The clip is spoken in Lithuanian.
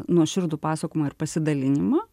nuoširdų pasakumą ir pasidalinimą